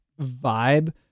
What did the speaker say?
vibe